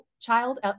child